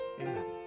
Amen